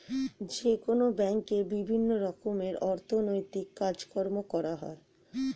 যেকোনো ব্যাঙ্কে বিভিন্ন রকমের অর্থনৈতিক কাজকর্ম করা হয়